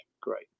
great